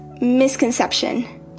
misconception